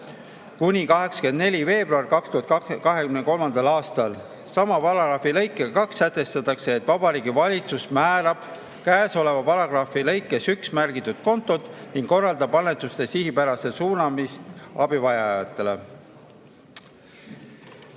kuni 24. veebruar 2023. aastal. Sama paragrahvi lõikega 2 sätestatakse, et Vabariigi Valitsus määrab käesoleva paragrahvi lõikes 1 märgitud kontod ning korraldab annetuste sihipärast suunamist abivajajatele.